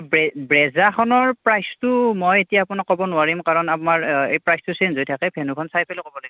ব্ৰেজাৰখনৰ প্ৰাইচটো মই এতিয়া আপোনাক ক'ব নোৱাৰিম কাৰণ আমাৰ এই প্ৰাইচটো চেঞ্জ হৈ থাকে ভেনুখন চাই পেলাই ক'ব লাগিব আপোনাক